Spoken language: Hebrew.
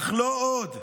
אך לא עוד.